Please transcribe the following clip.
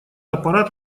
аппарат